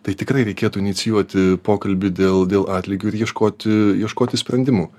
tai tikrai reikėtų inicijuoti pokalbį dėl dėl atlygio ir ieškoti ieškoti sprendimų